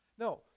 No